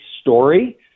story